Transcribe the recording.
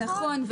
נכון.